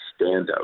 standout